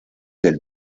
del